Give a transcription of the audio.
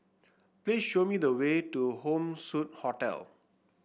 please show me the way to Home Suite Hotel